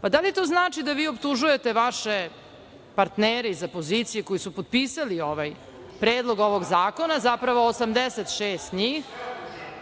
Pa, da li to znači da vi optužuje vaše partnere iz opozicije koji su potpisali Predlog ovoj zakona, zapravo 86 njih,